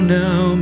now